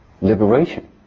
liberation